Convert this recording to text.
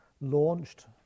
launched